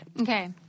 Okay